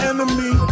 Enemy